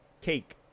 Cake